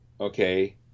okay